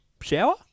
shower